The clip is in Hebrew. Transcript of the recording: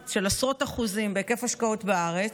של עשרות אחוזים בהיקף ההשקעות בארץ,